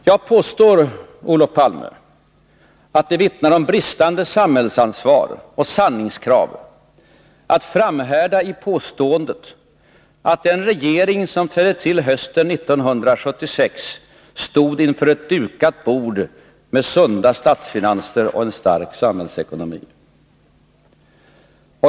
Jag påstår, Olof Palme, att det vittnar om bristande samhällsansvar och sanningskrav att framhärda i påståendet att den regering som trädde till hösten 1976 stod inför ett dukat bord med sunda statsfinanser och en stark samhällsekonomi.